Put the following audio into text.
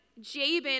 Jabin